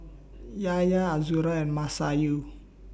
Yahya Azura and Masayu